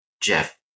Jeff